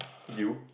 you